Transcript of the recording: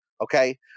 Okay